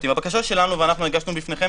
ואנחנו הגשנו בפניכם